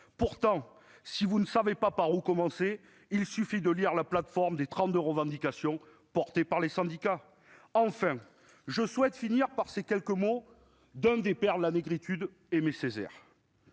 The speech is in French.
Pourtant, si vous ne savez pas par où commencer, vous n'avez qu'à lire la plateforme des 32 revendications portées par les syndicats. Je terminerai mon propos par ces quelques mots d'un des pères de la négritude, Aimé Césaire